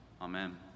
Amen